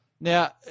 now